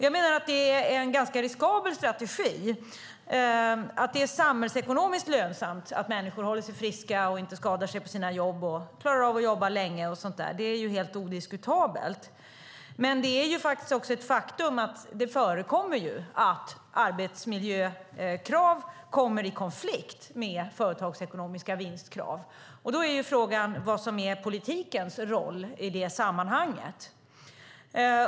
Jag menar att det är en ganska riskabel strategi. Att det är samhällsekonomiskt lönsamt att människor håller sig friska, inte skadar sig på sina jobb, klarar av att jobba länge och så vidare är ju helt odiskutabelt. Men det är också ett faktum att det förekommer att arbetsmiljökrav kommer i konflikt med företagsekonomiska vinstkrav. Då är frågan vad som är politikens roll i det sammanhanget.